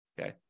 Okay